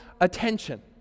attention